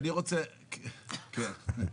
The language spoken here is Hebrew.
כן.